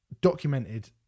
documented